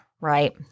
right